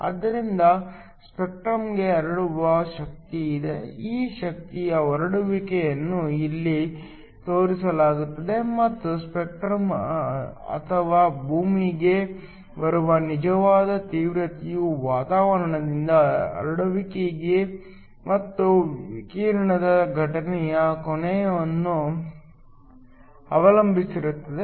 ಆದ್ದರಿಂದ ಸ್ಪೆಕ್ಟ್ರಮ್ಗೆ ಹರಡುವ ಶಕ್ತಿಯಿದೆ ಈ ಶಕ್ತಿಯ ಹರಡುವಿಕೆಯನ್ನು ಇಲ್ಲಿ ತೋರಿಸಲಾಗಿದೆ ಮತ್ತು ಸ್ಪೆಕ್ಟ್ರಮ್ ಅಥವಾ ಭೂಮಿಗೆ ಬರುವ ನಿಜವಾದ ತೀವ್ರತೆಯು ವಾತಾವರಣದಿಂದ ಹರಡುವಿಕೆ ಮತ್ತು ವಿಕಿರಣದ ಘಟನೆಯ ಕೋನವನ್ನು ಅವಲಂಬಿಸಿರುತ್ತದೆ